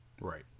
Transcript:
Right